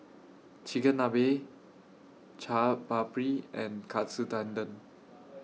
Chigenabe Chaat Papri and Katsu Tendon